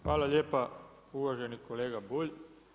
Hvala lijepa uvaženi kolega Bulj.